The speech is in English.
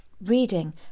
reading